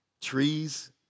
trees